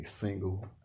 single